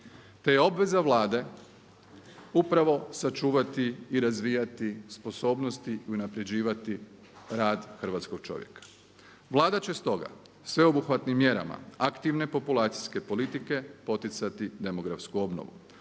te je obveza Vlade upravo sačuvati i razvijati sposobnosti i unapređivati rad hrvatskog čovjeka. Vlada će stoga sveobuhvatnim mjerama aktivne populacijske politike poticati demografsku obnovu.